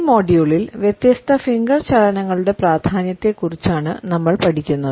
ഈ മൊഡ്യൂളിൽ വ്യത്യസ്ത ഫിംഗർ ചലനങ്ങളുടെ പ്രാധാന്യത്തെ കുറിച്ചാണ് നമ്മൾ പഠിക്കുന്നത്